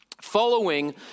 following